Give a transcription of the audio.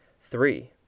Three